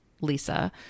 Lisa